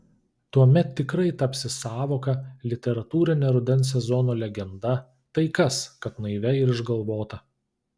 tuomet tikrai tapsi sąvoka literatūrine rudens sezono legenda tai kas kad naivia ir išgalvota